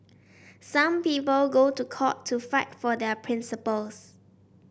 some people go to court to fight for their principles